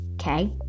Okay